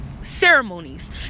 ceremonies